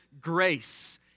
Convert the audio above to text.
grace